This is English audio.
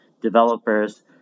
developers